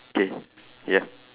K ya